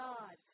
God